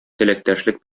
теләктәшлек